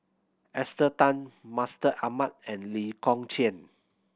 Esther Tan Mustaq Ahmad and Lee Kong Chian